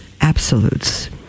absolutes